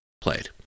played